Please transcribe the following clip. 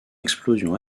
explosion